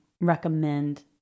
recommend